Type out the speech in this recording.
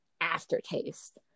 aftertaste